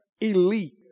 elite